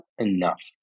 enough